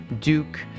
Duke